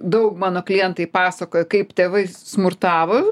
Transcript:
daug mano klientai pasakoja kaip tėvai smurtavo